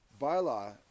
bylaw